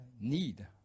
need